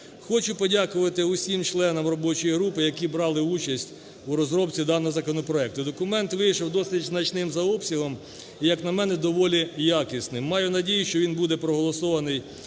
Хочу подякувати усім членам робочої групи, які брали участь у розробці даного законопроекту. Документ вийшов досить значним за обсягом, і, як на мене, доволі якісний. Маю надію, що він буде проголосований